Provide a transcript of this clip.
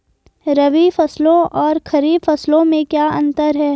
रबी फसलों और खरीफ फसलों में क्या अंतर है?